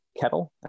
Kettle